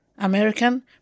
American